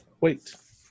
Wait